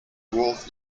wolf